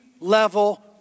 level